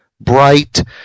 bright